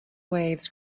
waves